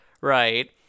Right